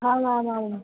आमामाम्